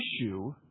issue